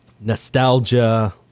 nostalgia